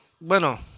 bueno